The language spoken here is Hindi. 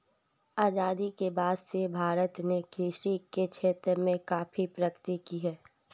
आजादी के बाद से भारत ने कृषि के क्षेत्र में काफी प्रगति की है